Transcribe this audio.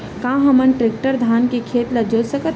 का हमन टेक्टर से धान के खेत ल जोत सकथन?